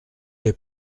les